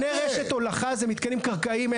מתקני רשת הולכה הם מתקנים תת-קרקעיים.